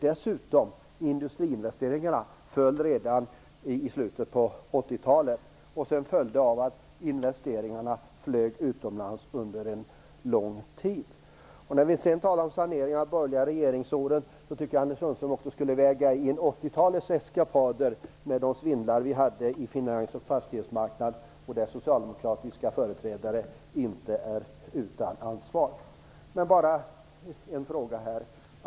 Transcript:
Dessutom föll industriinvesteringarna i slutet på 80-talet. Sedan följde att investeringarna flög utomlands under en lång tid. När vi sedan talar om saneringen efter de borgerliga regeringsåren tycker jag att Anders Sundström också skulle väga in 80-talets eskapader med de svindlare vi hade på finans och fastighetsmarknaderna. Där är inte socialdemokratiska företrädare utan ansvar. Låt mig ställa en fråga.